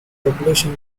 population